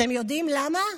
אתם יודעים למה?